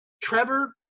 Trevor